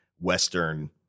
Western